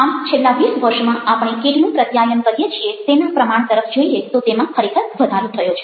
આમ છેલ્લા ૨૦ વર્ષમાં આપણે કેટલું પ્રત્યાયન કરીએ છીએ તેના પ્રમાણ તરફ જોઈએ તો તેમાં ખરેખર વધારો થયો છે